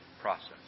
process